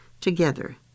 together